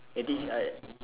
headish eye